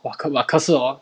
!wah! !wah! 可是 hor